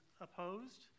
opposed